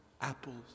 apples